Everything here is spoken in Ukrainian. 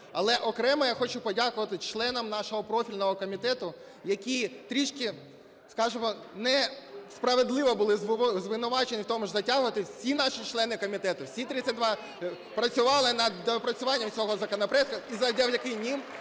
Але окремо я хочу подякувати членам нашого профільного комітету, які трішки, скажемо, несправедливо були звинувачені в тому, що затягували. Всі наші члени комітету, всі 32 працювали над доопрацюванням цього законопроекту, і завдяки їм